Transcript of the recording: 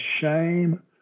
shame